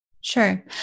Sure